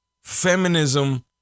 feminism